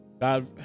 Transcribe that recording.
God